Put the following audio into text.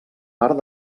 part